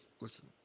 listen